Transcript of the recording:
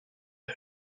her